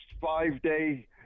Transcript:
five-day